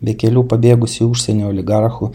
be kelių pabėgusių į užsienį oligarchų